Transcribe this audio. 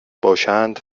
باشند